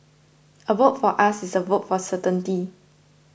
a vote for us is a vote for certainty